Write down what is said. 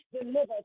delivered